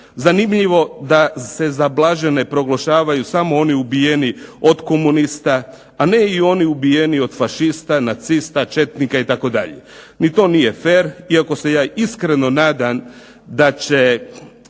Zanimljivo da se za blažene proglašavaju samo oni ubijeni od komunista, a ne i oni ubijeni od fašista, nacista, četnika itd. Ni to nije fer, iako se ja iskreno nadam da će